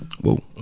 Whoa